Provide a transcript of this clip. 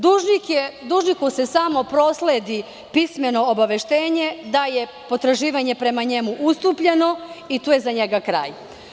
Dužniku se samo prosledi pismeno obaveštenje da je potraživanje prema njemu ustupljeno i tu je za njega kraj.